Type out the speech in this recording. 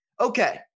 Okay